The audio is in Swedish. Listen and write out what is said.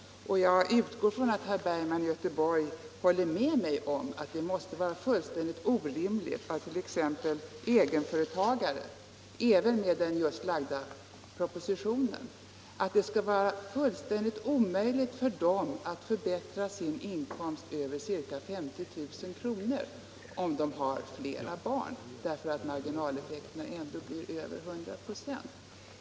Jag utgår från att herr Bergman i Göteborg håller med mig om att det måste vara fullständigt orimligt att det fört.ex. egenföretagare med flera barn — även med de regler som föreslås i den just framlagda propositionen — skall vara fullkomligt omöjligt att förbättra inkomsten över 50 000 kr. ; marginaleffekterna blir över 100 96.